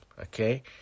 Okay